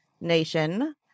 Nation